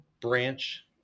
branch